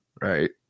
Right